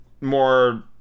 more